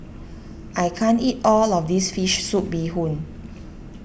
I can't eat all of this Fish Soup Bee Hoon